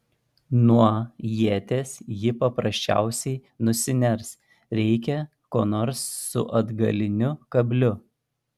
nuo ieties ji paprasčiausiai nusiners reikia ko nors su atgaliniu kabliu